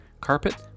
carpet